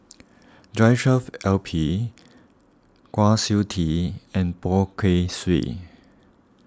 Joshua Ip Kwa Siew Tee and Poh Kay Swee